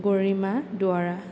Garima Duwara